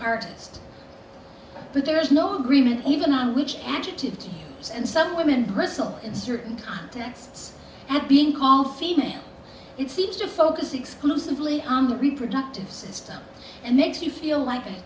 artist but there is no agreement even on which adjective to say and some women bristle in certain contexts at being called female it seems to focus exclusively on the reproductive system and makes you feel like a